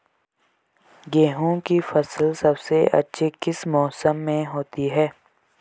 गेहूँ की फसल सबसे अच्छी किस मौसम में होती है